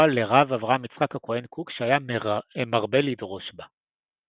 לרב אברהם יצחק הכהן קוק שהיה מרבה לדרוש בה.